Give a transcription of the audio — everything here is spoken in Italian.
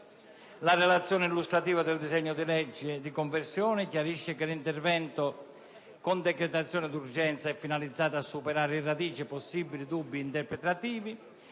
La relazione illustrativa del disegno di legge di conversione chiarisce che l'intervento con decretazione d'urgenza è finalizzato a superare in radice possibili dubbi interpretativi